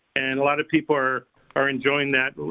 and a lot of people are are enjoying that